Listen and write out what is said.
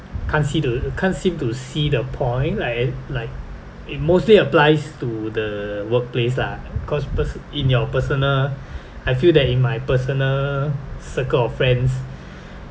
can't see the can't seem to see the point like like it mostly applies to the workplace lah cause pers~ in your personal I feel that in my personal circle of friends